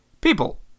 People